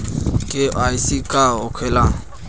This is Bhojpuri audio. के.वाइ.सी का होखेला?